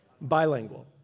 Bilingual